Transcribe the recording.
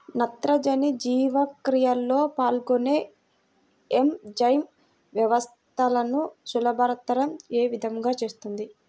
నత్రజని జీవక్రియలో పాల్గొనే ఎంజైమ్ వ్యవస్థలను సులభతరం ఏ విధముగా చేస్తుంది?